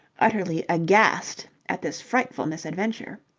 utterly aghast at this frightful misadventure.